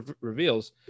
reveals